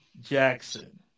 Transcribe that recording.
Jackson